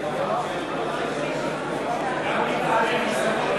גם מטעמי חיסכון